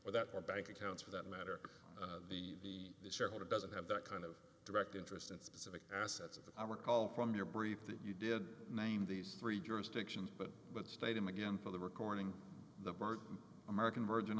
or that or bank accounts for that matter the shareholder doesn't have that kind of direct interest in specific assets of a recall from your brief that you did name these three jurisdictions but but stayed him again for the recording the birth american virgin